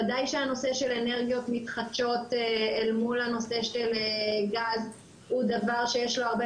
ודאי שהנושא של אנרגיות מתחדשות אל מול הנושא של גז הוא דבר שיש לו הרבה